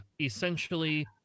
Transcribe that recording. essentially